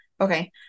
Okay